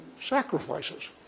sacrifices